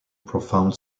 profound